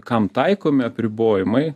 kam taikomi apribojimai